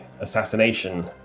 assassination